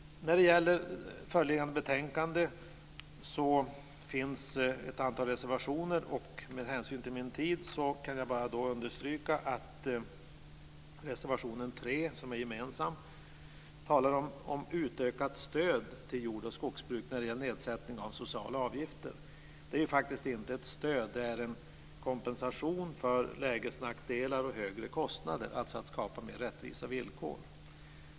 När det gäller föreliggande betänkande finns det ett antal reservationer. Med hänsyn till min talartid vill jag bara understryka att reservation nr 3, som är gemensam, handlar om ett utökat stöd till jord och skogsbruk i form av nedsättning av sociala avgifter. Det rör sig faktiskt inte om ett stöd, utan det är en kompensation för lägesnackdelar och högre kostnader. Syftet är att skapa mer rättvisa villkor.